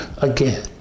Again